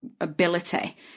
ability